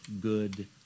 good